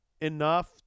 enough